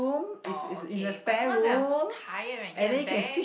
oh okay but sometimes when I'm so tired when I get back